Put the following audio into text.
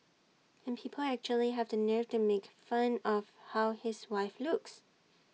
and people actually have the nerve to make fun of how his wife looks